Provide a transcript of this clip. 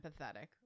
empathetic